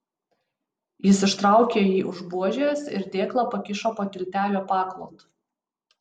jis ištraukė jį už buožės ir dėklą pakišo po tiltelio paklotu